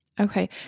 Okay